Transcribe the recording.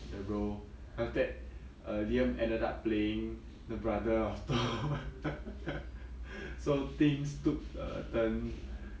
the role then after that liam ended up playing the brother of thor so things took a turn